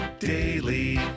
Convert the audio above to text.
daily